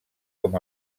com